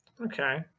okay